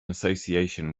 association